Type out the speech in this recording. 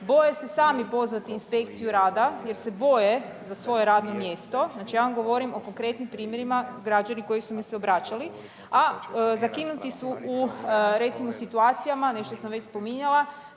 boje se sami pozvati inspekciju rada jer se boje za svoje radno mjesto, znači ja vam govorim o konkretnim primjerima, građani koji su mi se obraćali, a zakinuti su u recimo situacijama, nešto sam već spominjala,